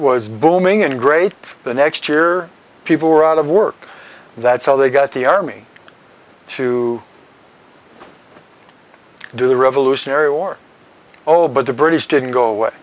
was booming and great the next year people were out of work that's how they got the army to do the revolutionary war oh but the british didn't go away